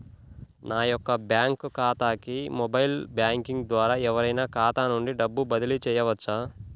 నా యొక్క బ్యాంక్ ఖాతాకి మొబైల్ బ్యాంకింగ్ ద్వారా ఎవరైనా ఖాతా నుండి డబ్బు బదిలీ చేయవచ్చా?